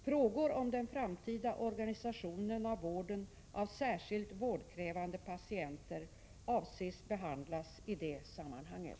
Frågor om den framtida organisationen av vården av särskilt vårdkrävande patienter avses behandlas i det sammanhanget.